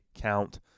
count